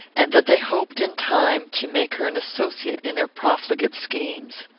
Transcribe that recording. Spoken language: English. and that they hoped, in time, to make her an associate in their profligate schemes.